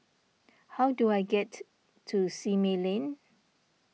how do I get to Simei Lane